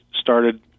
started